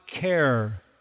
care